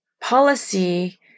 policy